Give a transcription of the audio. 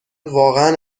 واقعا